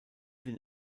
den